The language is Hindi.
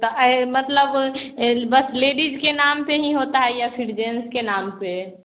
त ऐ मतलब एल बस लेडिज के नाम पर ही होता है या फिर जेंट्स के नाम पर